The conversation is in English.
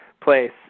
place